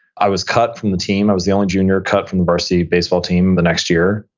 i was cut from the team. i was the only junior cut from varsity baseball team the next year,